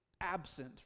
absent